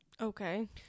Okay